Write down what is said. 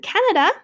Canada 。